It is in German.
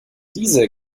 diese